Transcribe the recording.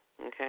okay